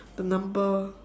the number